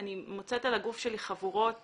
אני מוצאת על הגוף שלי חבורות